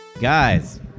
Guys